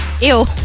Ew